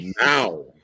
Now